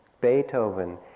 Beethoven